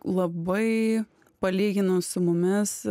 labai palyginus su mumis